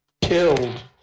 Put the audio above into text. killed